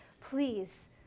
please